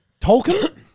Tolkien